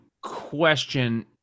question